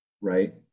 right